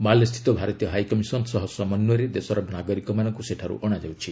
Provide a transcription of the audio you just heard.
ମାଲେସ୍ଥିତ ଭାରତୀୟ ହାଇକମିଶନ ସହ ସମନ୍ୱୟରେ ଦେଶର ନାଗରିକମାନଙ୍କୁ ସେଠାରୁ ଅଣାଯାଉଛି